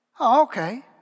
Okay